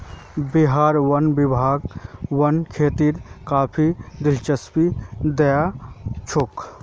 बिहार वन विभाग वन खेतीत काफी दिलचस्पी दखा छोक